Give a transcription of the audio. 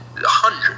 hundreds